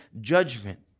judgment